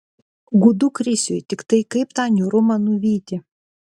gūdu krisiui tiktai kaip tą niūrumą nuvyti